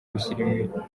gushyira